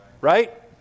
Right